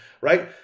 right